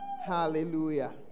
Hallelujah